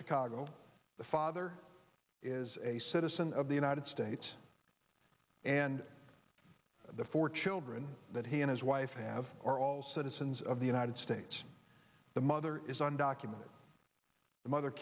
chicago the father is a citizen of the united states and the four children that he and his wife have are all citizens of the united states the mother is on documents the mother